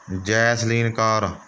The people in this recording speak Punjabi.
ਜੈਸਲੀਨ ਕੌਰ